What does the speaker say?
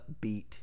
upbeat